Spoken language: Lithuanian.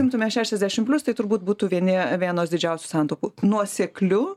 imtume šešiasdešimt plius tai turbūt būtų vieni vienos didžiausių santaupų nuosekliu